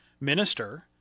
minister